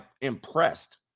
impressed